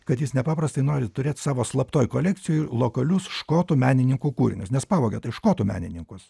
kad jis nepaprastai nori turėti savo slaptoj kolekcijoj lokalius škotų menininkų kūrinius nes pavogė tai škotų menininkus